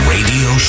Radio